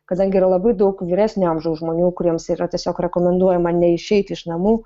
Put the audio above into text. kadangi yra labai daug vyresnio amžiaus žmonių kuriems yra tiesiog rekomenduojama neišeiti iš namų